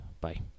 Bye